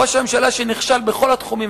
ראש הממשלה שנכשל בכל התחומים,